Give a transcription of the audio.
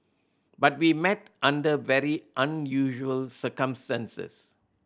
but we met under very unusual circumstances